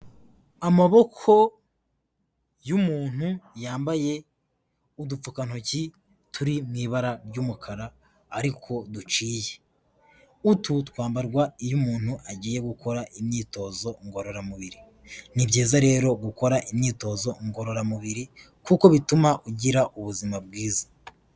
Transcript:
Amaboko y'umuntu yambaye udupfukantoki turi mu ibara ry'umukara ariko duciye, utu twambarwa iyo umuntu agiye gukora imyitozo ngororamubiri, ni byiza rero gukora imyitozo ngororamubiri kuko bituma ugira ubuzima bwiza.